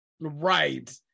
right